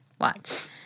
Watch